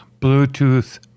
Bluetooth